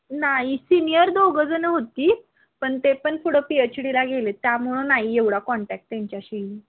नाही सीनियर दोघंजणं होती पण ते पण पुढं पी एच डीला गेले त्यामुळं नाही एवढा कॉन्टॅक त्यांच्याशी